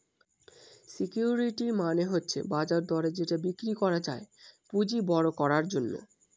security মানে হচ্ছে বাজার দরে যেটা বিক্রি করা যায় পুঁজি বড়ো করার জন্য